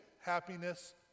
happiness